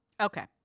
Okay